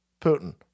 Putin